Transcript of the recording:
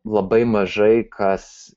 labai mažai kas